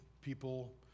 people